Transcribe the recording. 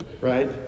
Right